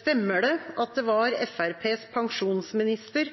Stemmer det at det var Fremskrittspartiets pensjonsminister